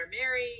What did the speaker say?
Mary